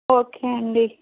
okay అండీ